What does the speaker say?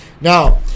Now